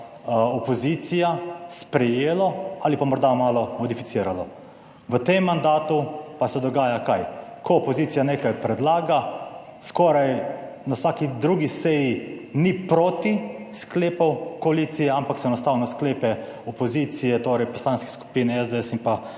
opozicija, sprejelo ali pa morda malo modificiralo. V tem mandatu pa se dogaja - kaj? Ko opozicija nekaj predlaga, skoraj na vsaki drugi seji ni proti sklepom koalicije, ampak se enostavno sklepe opozicije, torej poslanskih skupin SDS in pa